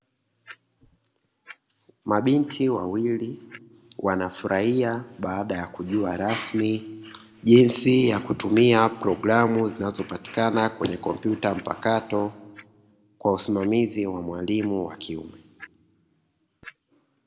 Mabinti wawili wanafurahia, baada ya kujua rasmi jinsi ya kutumia programu zinazopatikana kwenye kompyuta mpakato kwa usimamizi wa mwalimu wa kiume.